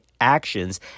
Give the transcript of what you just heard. actions